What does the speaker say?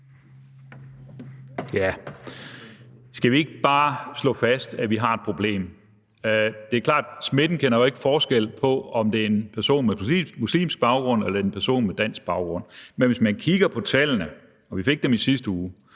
Skal vi ikke bare slå fast, at vi har et problem? Det er klart, at smitten ikke kender forskel på, om det er en person med muslimsk baggrund eller en person med dansk baggrund. Men hvis man kigger på tallene – og vi fik dem i sidste uge